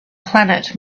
planet